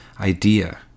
idea